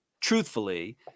truthfully